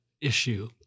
issue